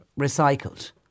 recycled